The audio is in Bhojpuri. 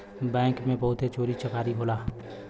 बैंक में बहुते चोरी चकारी होला